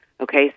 okay